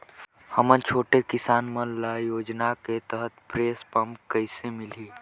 हमन छोटे किसान मन ल योजना के तहत स्प्रे पम्प कइसे मिलही?